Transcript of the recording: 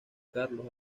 carlos